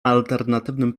alternatywnym